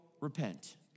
repent